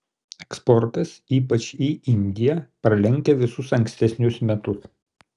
eksportas ypač į indiją pralenkia visus ankstesnius metus